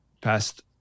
past